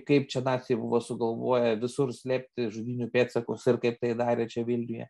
kaip čia naciai buvo sugalvoję visur slėpti žudynių pėdsakus ir kaip tai darė čia vilniuje